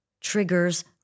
triggers